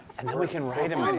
and then we can ride him! i mean